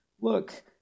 look